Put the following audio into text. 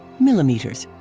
millimeters.